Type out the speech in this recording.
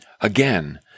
again